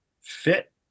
fit